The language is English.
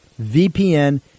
VPN